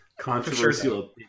controversial